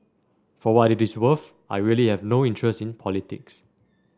for what it is worth I really have no interest in politics